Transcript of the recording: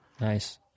Nice